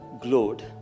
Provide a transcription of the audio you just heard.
glowed